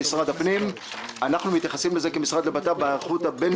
ישבנו עם משרד ראש הממשלה ועם כל משרדי הממשלה והצגנו את הפערים.